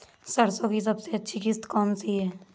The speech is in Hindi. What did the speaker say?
सरसो की सबसे अच्छी किश्त कौन सी है?